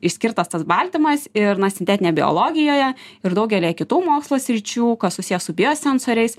išskirtas tas baltymas ir na sintetinėj biologijoje ir daugelyje kitų mokslo sričių kas susiję su biosensoriais